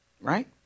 right